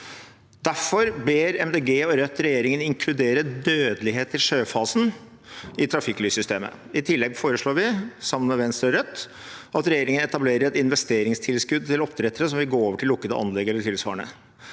De Grønne og Rødt regjeringen inkludere dødelighet i sjøfasen i trafikklyssystemet. I tillegg foreslår vi, sammen med Venstre og Rødt, at regjeringen etablerer et investeringstilskudd til oppdrettere som vil gå over til lukkede anlegg eller tilsvarende.